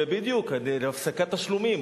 זה בדיוק הפסקת תשלומים.